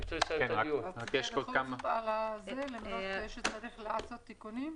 אני קוראת את הנוסח המתוקן של כל פסקאות המשנה פרט